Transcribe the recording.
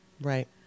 Right